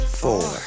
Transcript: four